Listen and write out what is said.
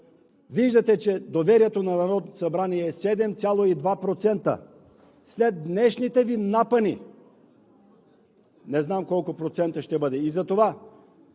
виждате, че доверието на Народното събрание е 7,2%. След днешните Ви напъни не знам колко процента ще бъде, и затова